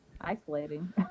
isolating